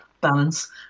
balance